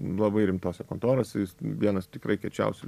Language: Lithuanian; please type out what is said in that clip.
labai rimtose kontorose jis vienas tikrai kiečiausių